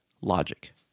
logic